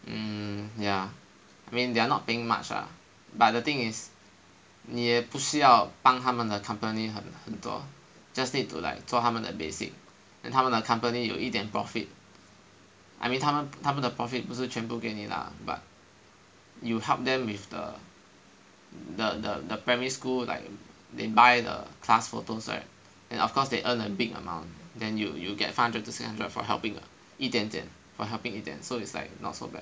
mm ya I mean they are not paying much ah but the thing is 你也不需要帮他们的 company 很多 just need to like 做他们的 basic then 他们的 company 有一点 profit I mean 他们的 profit 不是全部给你 lah but you help them with the the the the primary school like they buy the class photos right then of course they earn a big amount then you you will get five hundred to six hundred for helping 一点点 for helping 一点 so it's like not so bad